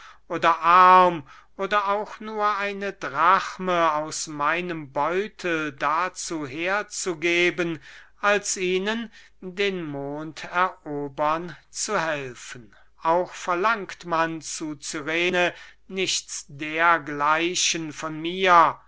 oder arm oder auch nur eine drachme aus meinem beutel dazu herzugeben als ihnen den mond erobern zu helfen auch verlangt man zu cyrene nichts dergleichen von mir